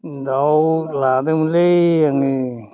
दाउ लादोंमोनलै आङो